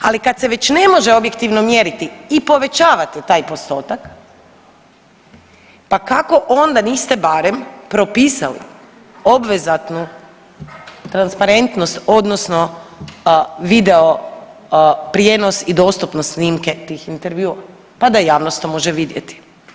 Ali kad se već ne može objektivno mjeriti i povećavati taj postotak pa kako onda niste barem propisali obvezatnu transparentnost odnosno video prijenos i dostupnost snimke tih intervjua pa da javnost to može vidjeti.